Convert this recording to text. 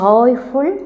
Joyful